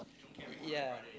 ya